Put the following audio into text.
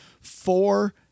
Four